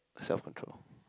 self control